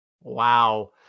Wow